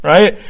Right